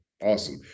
awesome